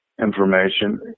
information